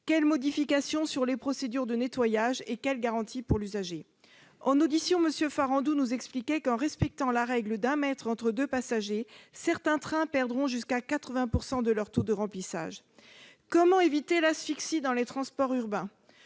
Quelles modifications sont envisagées pour les procédures de nettoyage et avec quelles garanties pour l'usager ? Lors de son audition, M. Farandou nous expliquait que, en respectant la règle d'un mètre entre deux passagers, certains trains perdraient jusqu'à 80 % de leur taux de remplissage. Comment éviter l'asphyxie dans les transports urbains ?